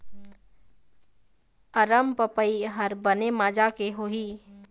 अरमपपई हर बने माजा के होही?